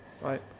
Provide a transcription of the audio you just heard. right